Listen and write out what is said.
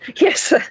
Yes